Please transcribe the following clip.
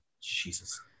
Jesus